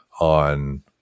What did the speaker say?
on